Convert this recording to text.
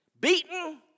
beaten